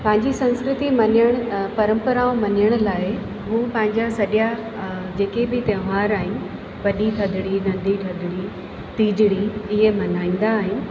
पंहिंजी संस्कृति मञणु परंपराऊं मञण लाइ हू पंहिंजा सॼा जेके बि तहिवार आहिनि वॾी थधिड़ी नंढी थधिड़ी टीजड़ी ईअं मल्हाईंदा आहिनि